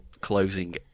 closing